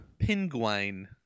Penguin